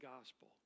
gospel